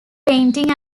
painting